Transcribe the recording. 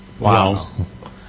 Wow